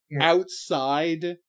outside